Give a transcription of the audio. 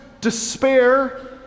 despair